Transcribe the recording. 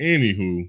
Anywho